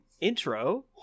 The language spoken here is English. Intro